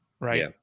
right